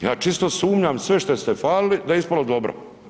Ja čisto sumnjam sve šta ste falili da je ispalo dobro.